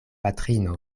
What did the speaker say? patrino